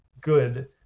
good